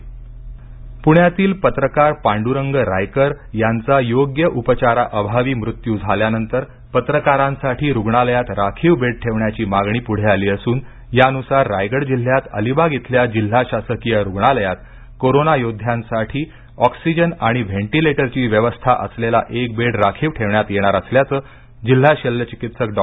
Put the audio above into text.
पत्रकारांसाठी बेड राखीव प्ण्यातील पत्रकार पांड्रंग रायकर यांचा योग्य उपचाराअभावी मृत्यू झाल्यानंतर पत्रकारांसाठी रूग्णालयात राखीव बेड ठेवण्याची मागणी पुढे आली असून यानुसार रायगड जिल्ह्यात अलिबाग इथल्या जिल्हा शासकीय रूग्णालयात कोरोना योध्दयांसाठी ऑक्सीजन आणि व्हेंटीलेटरची व्यवस्था असलेला एक बेड राखीव ठेवण्यात येणार असल्याच जिल्हा शल्यचिकित्सक डॉ